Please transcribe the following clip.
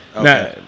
Now